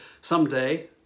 someday